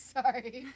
Sorry